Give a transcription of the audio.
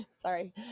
sorry